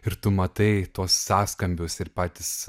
ir tu matai tuos sąskambius ir patys